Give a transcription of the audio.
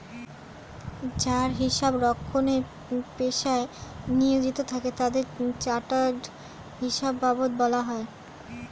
যারা হিসাব রক্ষণের পেশায় নিয়োজিত থাকে তাদের চার্টার্ড হিসাববিদ বলা হয়